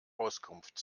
auskunft